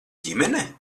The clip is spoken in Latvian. ģimene